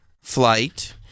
Flight